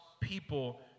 people